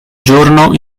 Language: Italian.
giorno